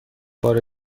بار